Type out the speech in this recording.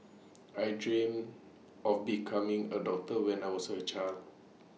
I dreamt of becoming A doctor when I was A child